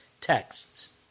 texts